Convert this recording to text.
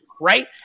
right